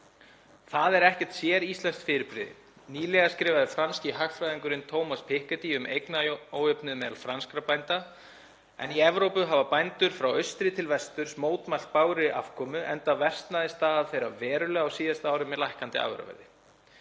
Það er ekkert séríslenskt fyrirbrigði. Nýlega skrifaði franski hagfræðingurinn Thomas Piketty um eignaójöfnuð meðal franskra bænda en í Evrópu hafa bændur frá austri til vesturs mótmælt bágri afkomu, enda versnaði staða þeirra verulega á síðasta ári með lækkandi afurðaverði.